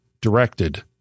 directed